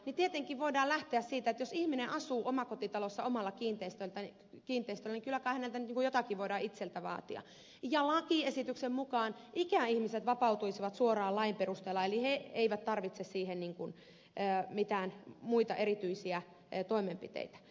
tietenkin voidaan lähteä siitä että jos ihminen asuu omakotitalossa omalla kiinteistöllä niin kyllä kai häneltä nyt jotakin voidaan itseltäänkin vaatia ja lakiesityksen mukaan ikäihmiset vapautuisivat suoraan lain perusteella eli he eivät tarvitse siihen mitään muita erityisiä toimenpiteitä